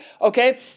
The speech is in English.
okay